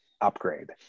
upgrade